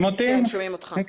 מים באופן משמעותי לנחל חרוד,